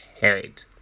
head